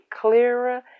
clearer